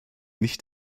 nicht